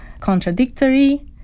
contradictory